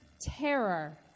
terror